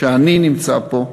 שאני נמצא פה,